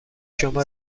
شما